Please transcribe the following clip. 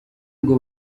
ngo